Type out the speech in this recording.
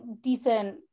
decent